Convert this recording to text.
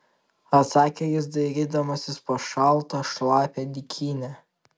atsakė jis dairydamasis po šaltą šlapią dykynę